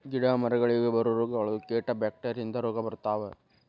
ಗಿಡಾ ಮರಗಳಿಗೆ ಬರು ರೋಗಗಳು, ಕೇಟಾ ಬ್ಯಾಕ್ಟೇರಿಯಾ ಇಂದ ರೋಗಾ ಬರ್ತಾವ